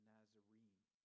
Nazarene